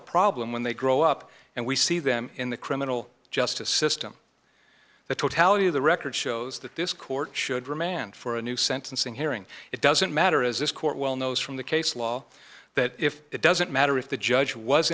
a problem when they grow up and we see them in the criminal justice system the totality of the record shows that this court should remand for a new sentencing hearing it doesn't matter as this court well knows from the case law that if it doesn't matter if the judge was